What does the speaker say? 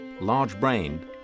large-brained